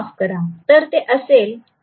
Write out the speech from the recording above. तर ते असेल √3 2Im